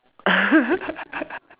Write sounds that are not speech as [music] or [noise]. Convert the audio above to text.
[laughs]